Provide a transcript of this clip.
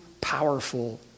powerful